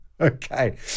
Okay